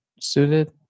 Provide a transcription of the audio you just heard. suited